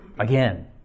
Again